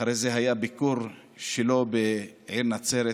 אחרי זה היה ביקור שלו בעיר נצרת,